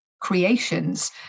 creations